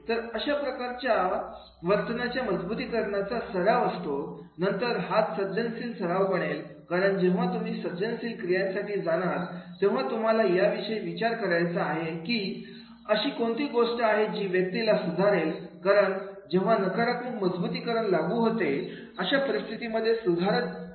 तरअशाप्रकारे वर्तनाच्या मजबुतीकरण याचा सराव असतो नंतर हाच सर्जनशील सराव बनेल कारण जेव्हा तुम्ही सर्जनशील क्रियांसाठी जाणार तेव्हा तुम्हाला याविषयी विचार करायचा आहे कि अशी कोणती गोष्ट आहे जी व्यक्तीला सुधारेल कारण जेव्हा नकरात्मक मजबुतीकरण लागू होते अशा परिस्थितीमध्ये सुधारित क्रिया असतात